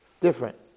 different